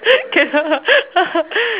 cannot